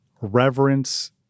reverence